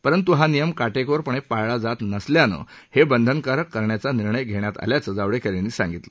परंतु हा नियम काटेकोरपणे पाळला जात नसल्याने हे बंधनकारक करण्याचा निर्णय घेण्यात आल्याचे जावडेकर यांनी सांगितलं